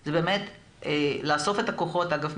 זה באמת לאסוף את הכוחות אגב,